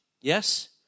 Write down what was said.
Yes